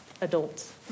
adults